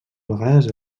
vegades